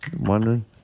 Wondering